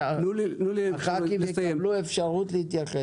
הח"כים יקבלו אפשרות להתייחס.